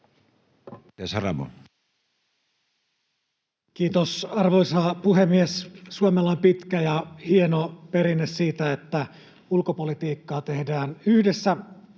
Kiitos, arvoisa puhemies! Suomella on pitkä ja hieno perinne siitä, että ulkopolitiikkaa tehdään yhdessä